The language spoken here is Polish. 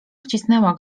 wcisnęła